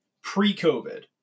pre-COVID